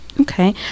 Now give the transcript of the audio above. Okay